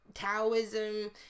taoism